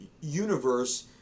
universe